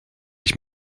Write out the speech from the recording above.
ich